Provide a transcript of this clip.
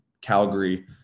Calgary